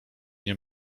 nie